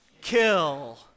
kill